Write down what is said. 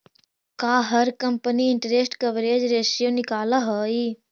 का हर company interest coverage ratio निकालअ हई